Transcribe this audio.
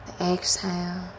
Exhale